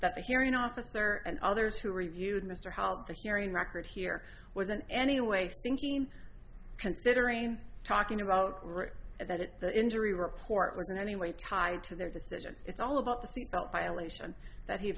that the hearing officer and others who reviewed mr how the hearing record here was an any way thinking considering talking about it that it injury report was in any way tied to their decision it's all about the seat belt violation that he